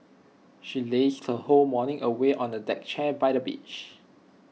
she lazed her whole morning away on A deck chair by the beach